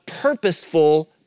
purposeful